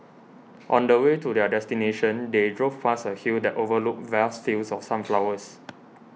on the way to their destination they drove past a hill that overlooked vast fields of sunflowers